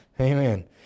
Amen